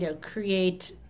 create